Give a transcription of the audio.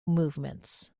movements